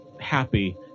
happy